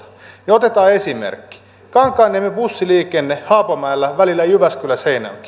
niin otetaan esimerkki kankaanniemen bussiliikenne haapamäellä välillä jyväskylä